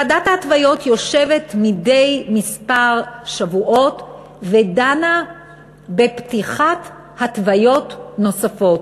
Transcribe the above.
ועדת ההתוויות יושבת מדי כמה שבועות ודנה בפתיחת התוויות נוספות,